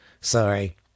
Sorry